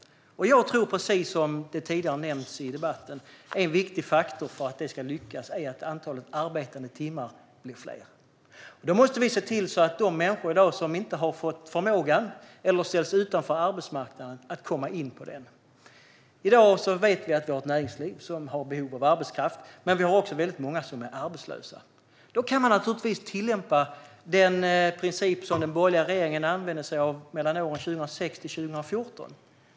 Jag tror, precis som det tidigare har sagts i debatten, att en viktig faktor för att detta ska lyckas är att antalet arbetade timmar blir större. Då måste vi se till att de människor som i dag inte har förmågan eller som ställs utanför arbetsmarknaden kan komma in på den. I dag vet vi att vi har ett näringsliv som är i behov av arbetskraft. Det är också väldigt många som är arbetslösa. Då kan man naturligtvis tillämpa den princip som den borgerliga regeringen använde sig av mellan 2006 och 2014.